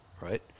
right